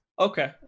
Okay